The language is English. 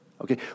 Okay